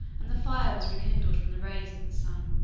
and the fire was rekindled from the rays of the sun.